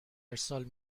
ارسال